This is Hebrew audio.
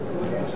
גם אני